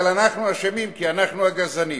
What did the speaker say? אבל אנחנו אשמים, כי אנחנו הגזענים.